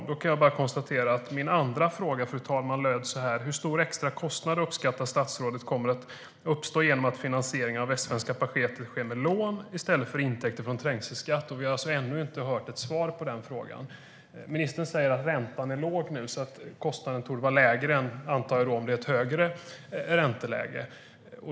Jag kan bara konstatera att min andra fråga, fru talman, löd så här: Hur stor extra kostnad uppskattar statsrådet kommer att uppstå genom att finansieringen av Västsvenska paketet sker med lån i stället för intäkter från trängselskatten? Vi har ännu inte hört något svar på den frågan. Ministern säger att räntan är låg nu, så kostnaden torde, antar jag, vara lägre än om det är ett högre ränteläge.